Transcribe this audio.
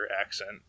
accent